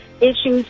Issues